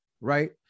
right